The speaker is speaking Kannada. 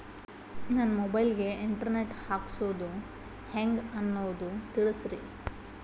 ನನ್ನ ಮೊಬೈಲ್ ಗೆ ಇಂಟರ್ ನೆಟ್ ಹಾಕ್ಸೋದು ಹೆಂಗ್ ಅನ್ನೋದು ತಿಳಸ್ರಿ